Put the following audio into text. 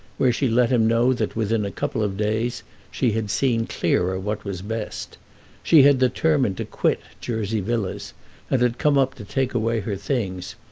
where she let him know that within a couple of days she had seen clearer what was best she had determined to quit jersey villas and had come up to take away her things,